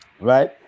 right